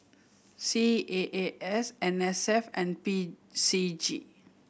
C A A S N S F and P C G